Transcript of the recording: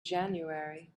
january